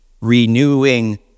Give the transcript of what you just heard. renewing